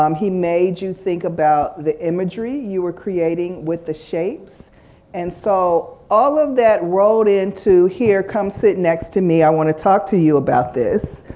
um he made you think about the imagery you were creating with the shapes and so all of that wrote into here come sit next to me i want to talk to you about this